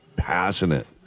Passionate